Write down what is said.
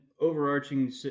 overarching